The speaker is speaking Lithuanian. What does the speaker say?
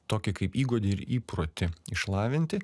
tokį kaip įgūdį ir įprotį išlavinti